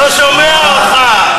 לא שומע אותך.